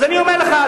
אז אני אומר לך,